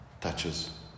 touches